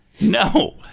No